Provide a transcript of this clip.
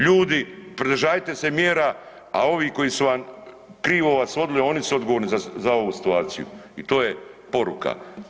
Ljudi pridržavajte se mjera, a ovi koji su vam, krivo vas vodili oni su odgovorni za ovu situaciju i to je poruka.